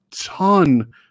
ton